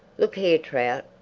look here, trout,